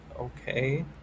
Okay